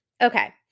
Okay